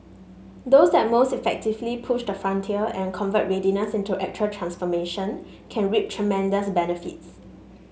those that most effectively push the frontier and convert readiness into actual transformation can reap tremendous benefits